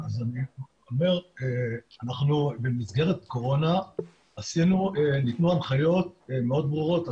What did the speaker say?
אז אני אומר שאנחנו במסגרת קורונה ניתנו הנחיות מאוד ברורות.